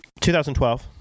2012